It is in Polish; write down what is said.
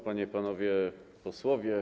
Panie i Panowie Posłowie!